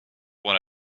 what